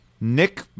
Nick